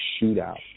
shootout